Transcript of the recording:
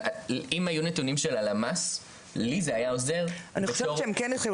אם היו נתונים של הלמ"ס לי זה היה עוזר- -- אני חושבת שהם כן התחילו.